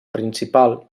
principal